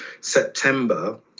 September